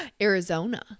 Arizona